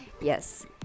Yes